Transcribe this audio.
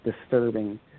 disturbing